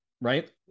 right